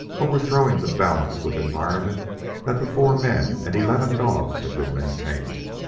overthrowing the balance with environment that the four men and eleven dogs had been maintaining.